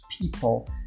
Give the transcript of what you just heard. people